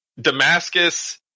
Damascus